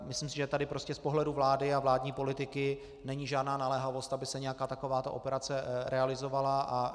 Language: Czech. Myslím si, že tady prostě z pohledu vlády a vládní politiky není žádná naléhavost, aby se nějaká takováto operace realizovala.